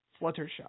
Fluttershy